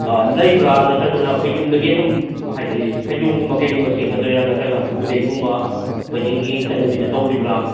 ꯂꯩꯕ꯭ꯔꯥ ꯅꯠꯇ꯭ꯔꯒꯅ ꯑꯩꯈꯣꯏ ꯌꯨꯝꯗꯒꯤ ꯑꯗꯨꯝ ꯍꯥꯏꯗꯤ ꯐꯩꯖꯣꯝꯒꯨꯝꯕ ꯀꯩꯒꯨꯝꯕ ꯁꯦꯠꯀꯗꯣꯏꯔꯥ ꯅꯠꯇ꯭ꯔꯒ ꯑꯩꯈꯣꯏꯒꯤ ꯈꯨꯗꯩꯒꯨꯝꯕ ꯃꯩꯇꯩꯒꯤ ꯆꯠꯅꯕꯤꯗ ꯇꯧꯔꯤꯕ꯭ꯔꯥ